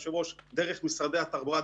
היושב-ראש דרך משרדי התחבורה,